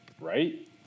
Right